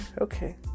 okay